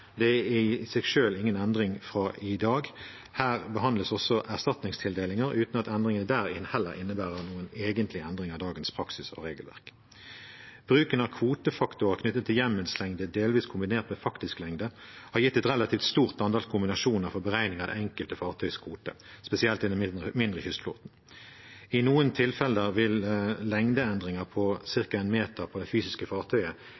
Det er i seg selv ingen endring fra i dag. Her behandles også erstatningstildelinger uten at endringene der heller innebærer noen egentlige endringer i dagens praksis av regelverket. Bruken av kvotefaktorer knyttet til hjemmelslengde delvis kombinert med faktisk lengde har gitt et relativt stort antall kombinasjoner for beregning av det enkelte fartøys kvote, spesielt i den mindre kystflåten. I noen tilfeller vil lengdeendringer på ca. én meter på det fysiske fartøyet